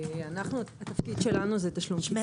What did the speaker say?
התפקיד שלנו- -- יש פה